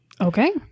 Okay